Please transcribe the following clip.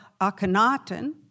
Akhenaten